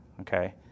okay